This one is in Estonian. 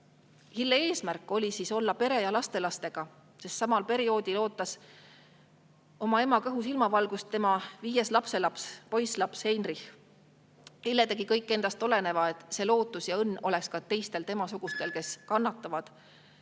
Hille eesmärk oli olla pere ja lastelastega. Samal perioodil ootas oma ema kõhus ilmavalgust tema viies lapselaps, poisslaps Heinrich. Hille tegi kõik endast oleneva, et lootust ja õnne oleks ka teistel temasugustel, kes kannatavad